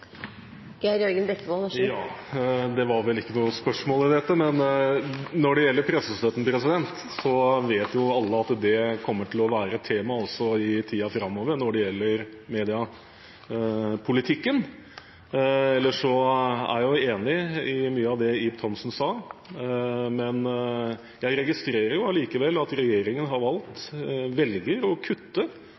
Det var vel ikke noe spørsmål i dette, men når det gjelder pressestøtten, vet jo alle at den kommer til å være et tema i mediepolitikken også i tiden framover. Ellers er jeg enig i mye av det Ib Thomsen sa. Jeg registrerer allikevel at regjeringen velger å kutte i pressestøtten. Det har vi vært uenig i og har prøvd å